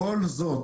כל זאת,